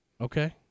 Okay